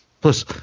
Plus